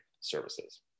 services